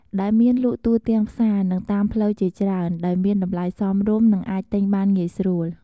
ដែលមានលក់ទូទាំងផ្សារ និងតាមផ្លូវជាច្រើន ដោយមានតម្លៃសមរម្យ និងអាចទិញបានងាយស្រួល។